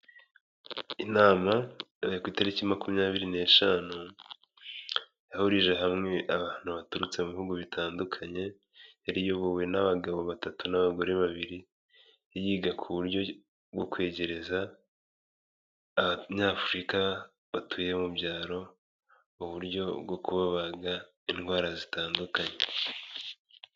Inama yabaye ku itariki makumyabiri n'eshanu, yahurije hamwe abantu baturutse mu bihugu bitandukanye, yari iyobowe n'abagabo batatu n'abagore babiri yiga ku buryo bwo kwegereza abanyafurika batuye mu byaro, uburyo bwo kubabaga indwara zitandukanye.